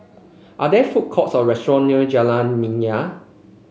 are there food courts or restaurant near Jalan Minyak